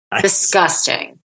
disgusting